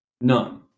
None